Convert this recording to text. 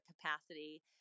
capacity